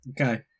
Okay